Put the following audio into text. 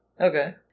Okay